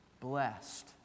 blessed